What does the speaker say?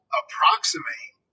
approximate